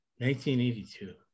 1982